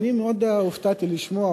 אני מאוד הופתעתי לשמוע,